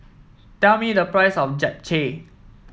tell me the price of Japchae